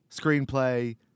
screenplay